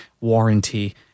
warranty